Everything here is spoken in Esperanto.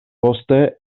poste